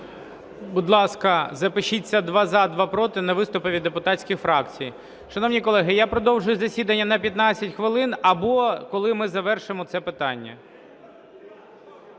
Будь ласка, запишіться: два – за, два – проти на виступи від депутатських фракцій. Шановні колеги, я продовжую засідання на 15 хвилин або коли ми завершимо це питання.